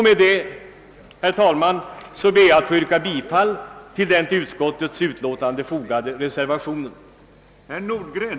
Med detta, herr talman, ber jag att få yrka bifall till den vid utskottets utlåtande fogade reservationen.